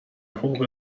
حقوق